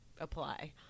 apply